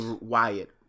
Wyatt